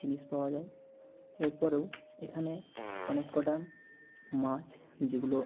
জিনিস পাওয়া যায় এর পরেও এখানে অনেক কটা মাছ যেগুলো